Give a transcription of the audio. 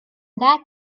that